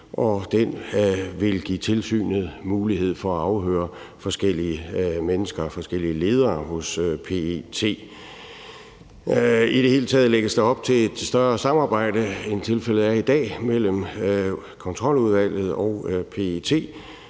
det vil give tilsynet mulighed for at afhøre forskellige mennesker, forskellige ledere hos PET. I det hele taget lægges der op til et større samarbejde, end tilfældet er i dag, mellem Kontroludvalget og PET,